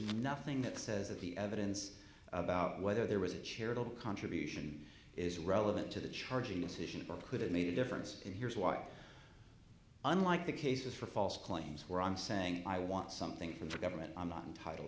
nothing that says that the evidence about whether there was a charitable contribution is relevant to the charging decision or could have made a difference and here's why unlike the cases for false claims where i'm saying i want something from the government i'm not entitle